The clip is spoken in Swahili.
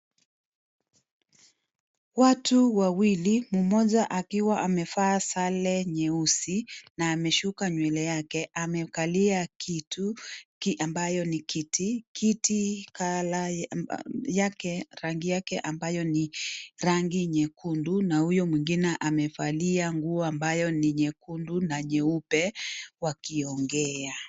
Watu wawili, mmoja akiwa amevaa sare nyeusi na amesuka nywele yake amekalia kitu ambayo ni kiti. Kiti colour yake rangi yake ambayo ni rangi nyekundu na huyo mwengine amevalia nguo ambayo ni nyekundu na nyeupe wakiongea.